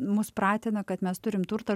mus pratina kad mes turim turto ir